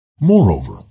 Moreover